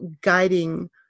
guiding